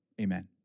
Amen